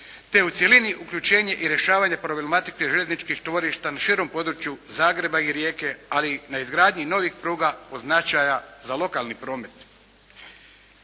te u cjelini uključenje i rješavanje problematike željezničkih čvorišta na širem području Zagreba i Rijeke ali i na izgradnji novih pruga od značaja za lokalni promet.